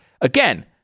Again